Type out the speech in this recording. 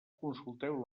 consulteu